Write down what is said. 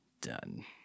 Done